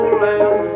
land